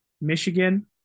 Michigan